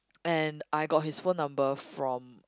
and I got his phone number from